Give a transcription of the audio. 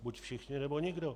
Buď všichni, nebo nikdo.